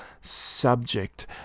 subject